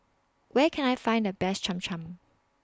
Where Can I Find The Best Cham Cham